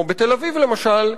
כמו בתל-אביב למשל,